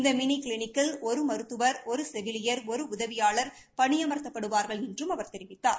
இந்த மினி கிளிக்கில் ஒரு மருத்துவர் ஒரு செவிலியர் ஒரு உதவியாளர் பணியமர்த்தப்படுவார்கள் என்றும் அவர் தெரிவித்தார்